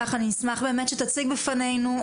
אשמח שתציגו בפנינו,